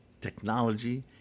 technology